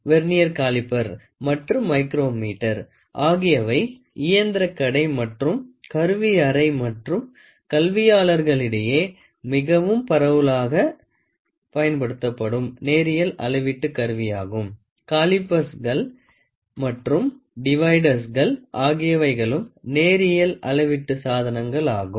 vernier caliper மற்றும் micrometer ஆகியவை இயந்திரக் கடை மற்றும் கருவி அறை மற்றும் கல்வியாளர்களிடையே மிகவும் பரவலாகப் பயன்படுத்தப்படும் நேரியல் அளவீட்டு கருவியாகும் காலிபர்கள் மற்றும் டிவைடர்கள் ஆகியவைகளும் நேரியல் அளவீட்டு சாதனங்களாகும்